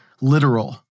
literal